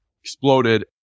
exploded